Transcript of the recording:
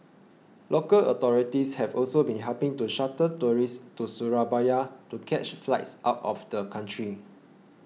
local authorities have also been helping to shuttle tourists to Surabaya to catch flights out of the country